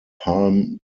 palm